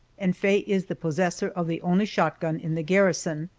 and faye is the possessor of the only shotgun in the garrison,